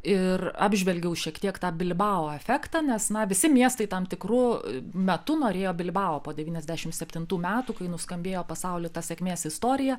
ir apžvelgiau šiek tiek tą bilbao efektą nes na visi miestai tam tikru metu norėjo bilbao po devyniasdešimt septintų metų kai nuskambėjo pasaulyje tą sėkmės istoriją